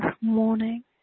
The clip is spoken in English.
morning